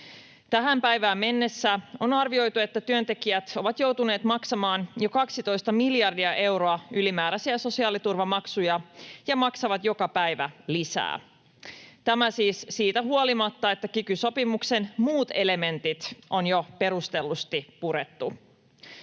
Tähän päivään mennessä on arvioitu, että työntekijät ovat joutuneet maksamaan jo 12 miljardia euroa ylimääräisiä sosiaaliturvamaksuja ja maksavat joka päivä lisää — tämä siis siitä huolimatta, että kiky-sopimuksen muut elementit on jo perustellusti purettu.